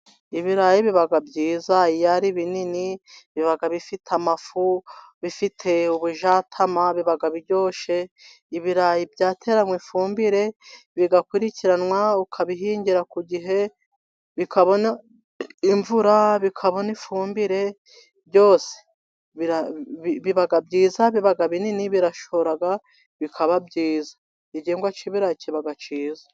Ibirayi biba byiza, iyo ari binini, biba bifite amafufu, bifite ubujyatama biba biryoshye. Ibirayi byateranwe ifumbire bigakurikiranwa, ukabihingira ku gihe, bikabona imvura, bikabona n'ifumbire byose, biba byiza, biba binini birashora bikaba byiza. igihingwa cy'i birayi kiba kiza